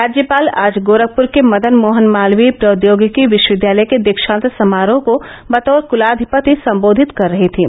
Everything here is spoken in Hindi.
राज्यपाल आज गोरखपूर के मदन मोहन मालवीय प्रौद्योगिकी विश्वविद्यालय के दीक्षांत समारोह को बतौर कलाधिपति सम्बोधित कर रहीं थीं